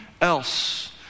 else